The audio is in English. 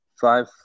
five